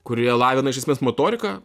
kurie lavina iš esmės motoriką